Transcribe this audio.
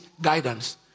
guidance